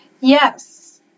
Yes